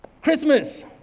Christmas